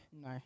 No